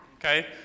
Okay